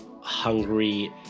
hungry